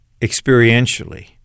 experientially